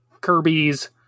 Kirby's